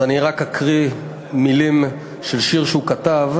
אז אני רק אקריא מילים של שיר שהוא כתב: